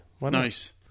Nice